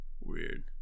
Weird